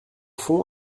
fond